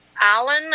Alan